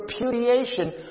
repudiation